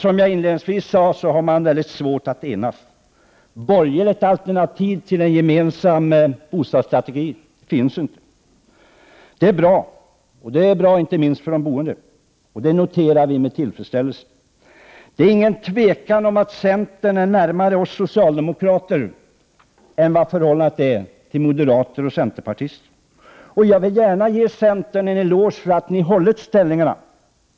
Som jag inledningsvis sade, har man mycket svårt att enas. Något borgerligt alternativ till en gemensam bostadsstrategi finns inte. Det är bra, inte minst för de boende. Detta noterar vi med tillfredsställelse. Det råder inget tvivel om att centern är betydligt närmare oss socialdemokrater, jämfört med hur man förhåller sig till moderater och folkpartister. Jag vill gärna ge centern en eloge för att ni har hållit ställningarna.